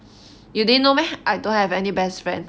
you didn't know meh I don't have any best friend